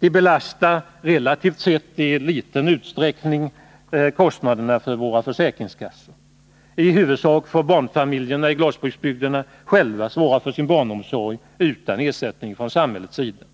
De belastar i liten utsträckning relativt sett kostnaderna för våra försäkringskassor. I huvudsak får barnfamiljerna i glasbruksbygderna själva svara för sin barnomsorg utan ersättning från samhällets sida.